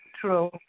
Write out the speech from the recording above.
True